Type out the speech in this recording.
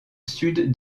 sud